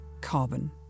carbon